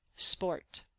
sport